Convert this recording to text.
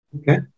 Okay